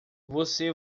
você